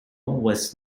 was